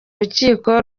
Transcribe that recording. rukiko